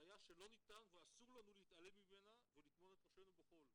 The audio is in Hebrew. בעיה שלא ניתן ואסור לנו להתעלם ממנה ל טמון את ראשנו בחול,